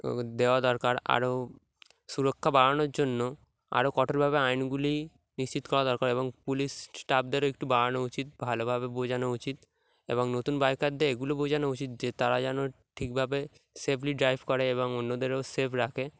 দেওয়া দরকার আরও সুরক্ষা বাড়ানোর জন্য আরও কঠোরভাবে আইনগুলি নিশ্চিত করা দরকার এবং পুলিশ স্টাফদেরও একটু বাড়ানো উচিত ভালোভাবে বোঝানো উচিত এবং নতুন বাইকারদের এগুলো বোঝানো উচিত যে তারা যেন ঠিকভাবে সেফলি ড্রাইভ করে এবং অন্যদেরও সেফ রাখে